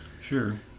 Sure